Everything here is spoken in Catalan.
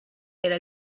era